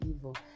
evil